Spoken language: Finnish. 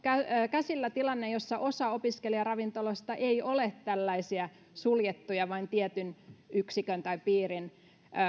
käsillä tilanne jossa osa opiskelijaravintoloista ei ole tällaisia suljettuja vain tiettyä yksikköä tai tiettyä